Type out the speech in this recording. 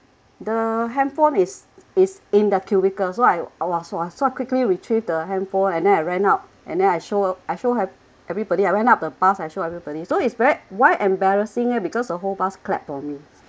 the handphone is is in the cubicle so I I was !wah! so I quickly retrieve the handphone and then I ran out and then I show I show everybody I went up the bus I show everybody so it's very why embarrassing is because the whole bus clapped for me